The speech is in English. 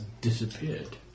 disappeared